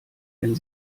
wenn